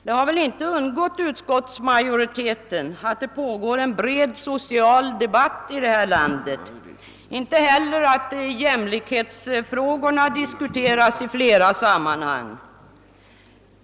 Det har väl inte undgått utskottsmajoriteten att det pågår en bred social debatt här i landet eller att jämlikhetsfrågorna diskuteras i flera sammanhang.